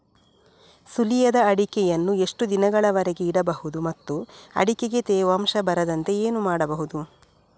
ಸುಲಿಯದ ಅಡಿಕೆಯನ್ನು ಎಷ್ಟು ದಿನಗಳವರೆಗೆ ಇಡಬಹುದು ಮತ್ತು ಅಡಿಕೆಗೆ ತೇವಾಂಶ ಬರದಂತೆ ಏನು ಮಾಡಬಹುದು?